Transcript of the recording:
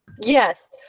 Yes